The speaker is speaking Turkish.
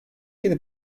yeni